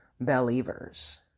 Believers